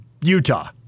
Utah